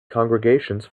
congregations